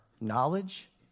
knowledge